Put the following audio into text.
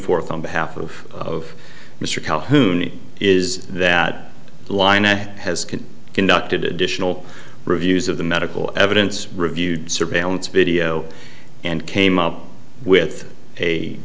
forth on behalf of mr calhoun is that lynette has been conducted additional reviews of the medical evidence reviewed surveillance video and came up with a